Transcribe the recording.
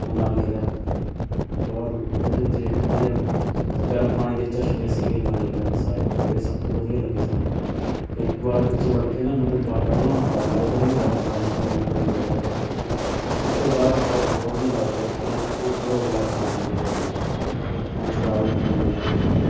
ਮਨਾਲੀ ਦਾ ਅਤੇ ਬਹੁਤ ਜਿਹੜੇ ਉੱਥੇ ਕਹਿੰਦੇ ਆ ਗਰਮ ਪਾਣੀ ਦੇ ਚਸ਼ਮੇ ਸੀਗੇ ਮਨੀਕਰਨ ਸਾਹਿਬ ਜਿਹੜੇ ਸਭ ਤੋਂ ਵਧੀਆ ਲੱਗੇ ਸਾਨੂੰ ਕਿ ਇੱਕ ਵਾਰ ਵਿੱਚ ਵੜ ਕੇ ਨਾ ਬੰਦੇ ਨੂੰ ਬਾਹ ਪਹਿਲਾਂ ਡਰ ਲੱਗਦਾ ਵੀ ਇਹ ਗਰਮ ਪਾਣੀ 'ਚ ਕਿੰਨਾ ਤੇਜ਼ ਹੈ ਵੀ ਨਾ ਉਸ ਤੋਂ ਬਾਅਦ ਬਹੁਤ ਬਹੁਤ ਵਧੀਆ ਲੱਗਦਾ ਕਿ ਐਨ ਪੂਰੇ ਰਿਲੈਕਸ ਹੋ ਜਾਂਦੀ ਆ ਬੋਡੀ ਐਨ ਥਕਾਵਟ ਦੂਰ ਹੋ ਜਾਂਦੀ ਆ